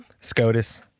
SCOTUS